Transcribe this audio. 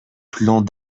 plans